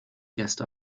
gäste